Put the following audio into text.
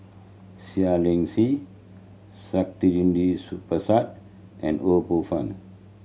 Seah Liang Seah Saktiandi Supaat and Ho Poh Fun